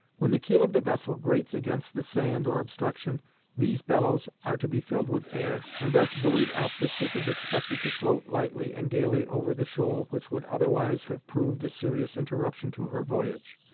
when the keel of the vessel grates against the sand or obstruction these bellows are to be filled with air, and thus buoyed up the ship is expected to float lightly and gayly over the shoal which would otherwise have proved a serious interruption to her voyage.